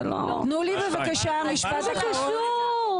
תנו לי, בבקשה, משפט אחרון.